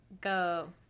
go